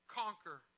conquer